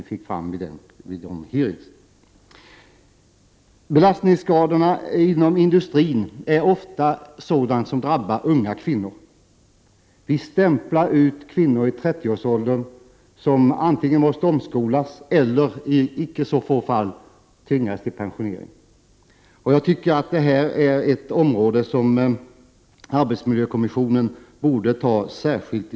Belastningsskadorna inom industrin är ofta av sådan art att de drabbar unga kvinnor. Vi stämplar ut kvinnor i trettioårsåldern som antingen måste omskolas eller i icke så få fall tvingas till pensionering. Jag hoppas att detta är ett område som arbetsmiljökommissionen skall ta itu med särskilt.